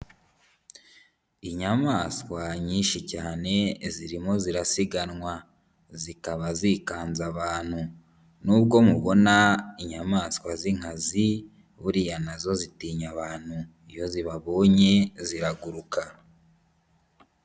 Inyamaswa nyinshi cyane zirimo zirasiganwa, zikaba zikanze abantu. Nubwo mubona inyamaswa z'inkazi buriya na zo zitinya abantu, iyo zibabonye ziraguruka.